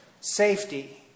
safety